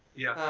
yeah.